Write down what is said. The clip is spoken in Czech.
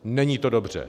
Není to dobře.